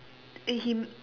uh he